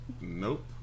Nope